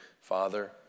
father